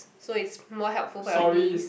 so it's more helpful for your knees